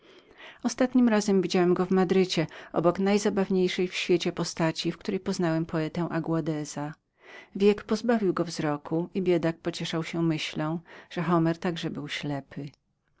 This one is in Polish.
ostatnim razem widziałem go w madrycie obok najzabawniejszej w świecie postaci w której poznałem poetę augudeza wiek pozbawił go wzroku i biedak pocieszał się myślą że homer był